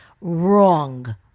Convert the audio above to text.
Wrong